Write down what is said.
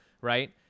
right